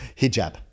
Hijab